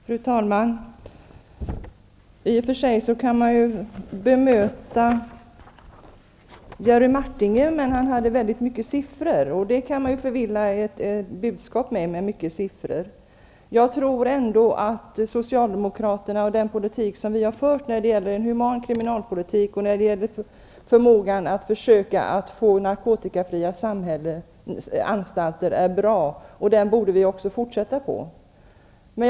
Fru talman! I och för sig kan jag bemöta Jerry Martinger. Han redovisade mycket siffror. Det går att förvilla ett budskap med mycket siffror. Jag tror ändå att socialdemokraterna och den politik som vi har fört när de gäller en human kriminalpolitik och förmågan att försöka få narkotikafria anstalter är bra. Den politiken borde vi fortsätta med.